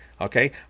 Okay